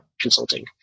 consulting